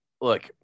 Look